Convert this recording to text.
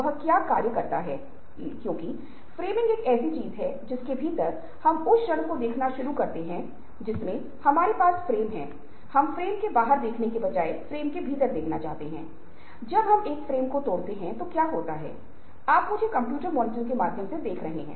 और एक ही समय में वे खुले दिमाग उचित निष्पक्षता सम्मान सबूत और तर्क सम्मान स्पष्टत और सटीक हैं और एक ही समस्या पर विभिन्न दृष्टिकोणों को देखते हैं